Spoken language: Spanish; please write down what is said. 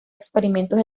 experimentos